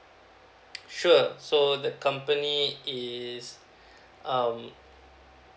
sure so the company is um